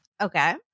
Okay